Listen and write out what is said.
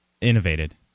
Innovated